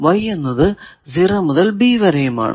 Y എന്നത് 0 മുതൽ b വരെയുമാണ്